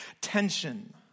tension